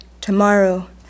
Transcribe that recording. tomorrow